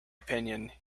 opinion